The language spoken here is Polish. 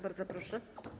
Bardzo proszę.